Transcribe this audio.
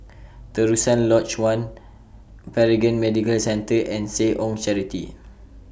Terusan Lodge one Paragon Medical Centre and Seh Ong Charity